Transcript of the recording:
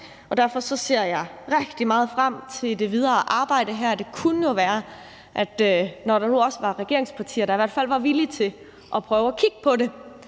Derfor ser jeg rigtig meget frem til det videre arbejde her. Det kunne jo være, at når der nu også var regeringspartier, der i hvert fald var villige til at prøve at kigge på det,